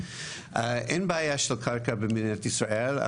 אין בעיה של קרקע במדינת ישראל,